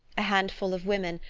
a handful of women,